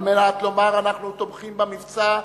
על מנת לומר: אנחנו תומכים במבצע,